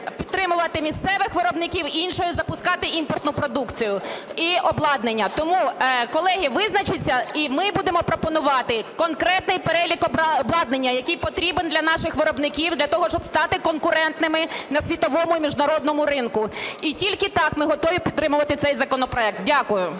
підтримувати місцевих виробників і іншою запускати імпортну продукцію, і обладнання. Тому, колеги, визначіться, і ми будемо пропонувати конкретний перелік обладнання, який потрібен для наших виробників для того, щоб стати конкурентними на світовому і міжнародному ринку. І тільки так ми готові підтримувати цей законопроект. Дякую.